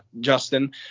Justin